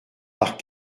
par